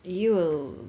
you will